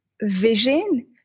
vision